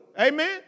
Amen